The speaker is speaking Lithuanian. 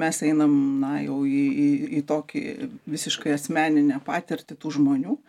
mes einam na jau į į į tokį visiškai asmeninę patirtį tų žmonių